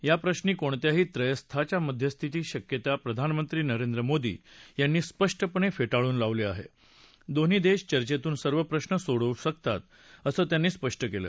याप्रश्री कोणत्याही त्रयस्थाच्या मध्यस्थीची शक्यता प्रधानमंत्री नरेंद्र मोदी यांनी स्पष्टपणक्रिटीळून लावली आह क्रोन्ही दक्षवर्चेतून सर्व प्रश्न सोडवू शकतात असं त्यांनी स्पष्ट केलं